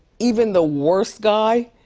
even the worst guy,